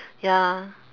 ya